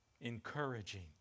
Encouraging